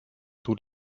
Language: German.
tut